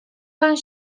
pan